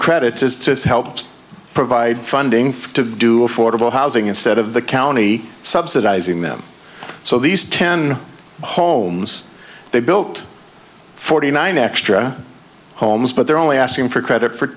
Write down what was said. that's helped provide funding to do affordable housing instead of the county subsidizing them so these ten homes they built forty nine extra homes but they're only asking for credit for